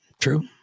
True